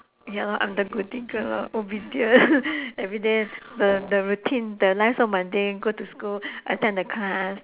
ya lor I'm the goody girl lor obedient every day the the routine the life so mundane go to school attend the class